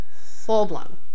Full-blown